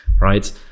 right